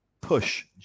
push